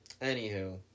Anywho